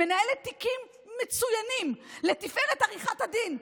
מנהלת תיקים מצוינים לתפארת עריכת הדין,